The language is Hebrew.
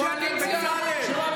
זכותך לשבת.